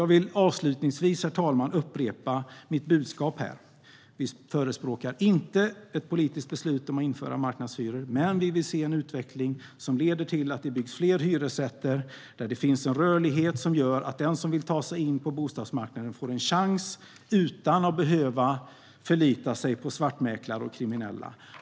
Jag vill avslutningsvis upprepa mitt budskap. Vi förespråkar inte ett politiskt beslut om att införa marknadshyror, men vi vill se en utveckling som leder till att det byggs fler hyresrätter. Det ska finnas en rörlighet som gör att den som vill ta sig in på bostadsmarknaden får en chans utan att behöva förlita sig på svartmäklare och kriminella.